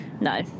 no